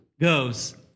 goes